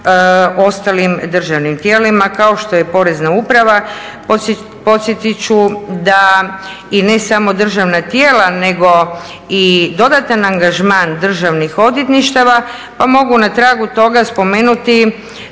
ostalim državnim tijelima kao što je porezna uprava. Podsjetiti ću da, i ne samo državna tijela, nego i dodatan angažman državnih odvjetništava pa mogu na tragu toga spomenuti